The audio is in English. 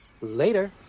Later